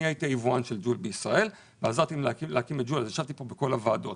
אני הייתי היבואן של ג'ול בישראל וישבתי כאן בכל הוועדות